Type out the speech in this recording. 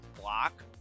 block